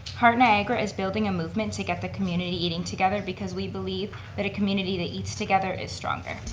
heart niagara is building a movement to get the community eating together because we believe that a community that eats together is stronger.